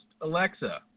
Alexa